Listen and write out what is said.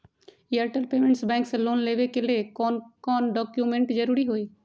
Airtel payments bank से loan लेवे के ले कौन कौन डॉक्यूमेंट जरुरी होइ?